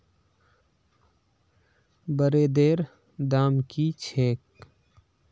ब्रेदेर दाम की छेक